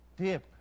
dip